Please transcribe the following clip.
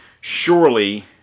surely